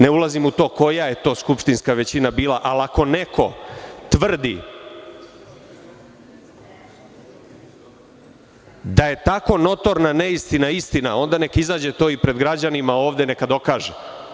Ne ulazim u to koja je to skupštinska većina bila, ali ako neko tvrdi da je tako notorna neistina istina, onda neka izađe to i pred građanima ovde neka dokaže.